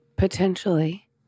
Potentially